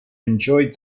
enjoyed